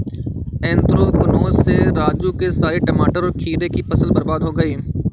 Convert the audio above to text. anthracnose से राजू के सारे टमाटर और खीरे की फसल बर्बाद हो गई